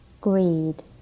greed